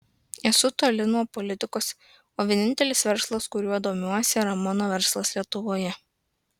esu toli nuo politikos o vienintelis verslas kuriuo domiuosi yra mano verslas lietuvoje